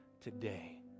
today